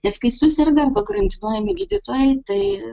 nes kai suserga arba karantinuojami gydytojai tai